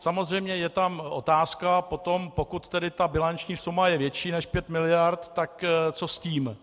Samozřejmě je tam otázka potom, pokud ta bilanční suma je větší než pět miliard, tak co s tím.